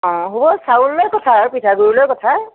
অঁ হ'ব চাউল লৈ কথা আৰু পিঠাগুড়ি লৈ কথা